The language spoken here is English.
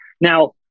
Now